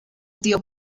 tío